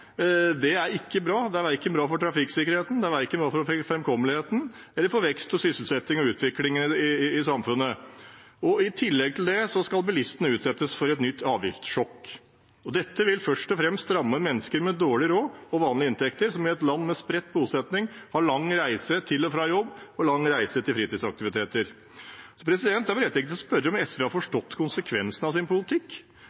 Det er ikke bra, verken for trafikksikkerheten, fremkommeligheten, veksten, sysselsettingen eller utviklingen i samfunnet. I tillegg skal bilistene utsettes for et nytt avgiftssjokk. Dette vil først og fremst ramme mennesker med dårlig råd og vanlige inntekter, som i et land med spredt bosetting har lang reisevei til og fra jobb og fritidsaktiviteter. Det er berettiget å spørre om SV har